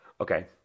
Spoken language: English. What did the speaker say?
Okay